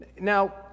Now